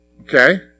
Okay